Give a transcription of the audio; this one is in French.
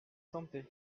santé